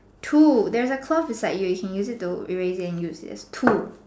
two there's a cloth beside you you can use it and erase it and use it as two